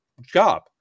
job